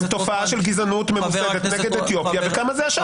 הם תופעה של גזענות ממוסדת נגד אתיופים וכמה זה השאר.